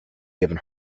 given